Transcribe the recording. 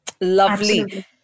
lovely